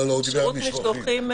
שירות משלוחים,